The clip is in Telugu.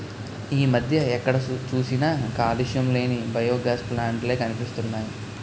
ఈ మధ్య ఎక్కడ చూసినా కాలుష్యం లేని బయోగాస్ ప్లాంట్ లే కనిపిస్తున్నాయ్